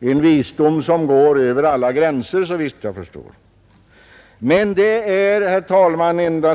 en visdom som såvitt jag förstår går över alla gränser.